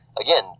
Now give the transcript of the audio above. Again